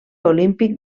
olímpic